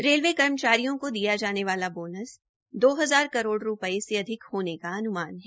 railway कर्मचारियों को दिया जाने वाला बोनस दो हजार करोड़ से अधिक होने का अन्मान है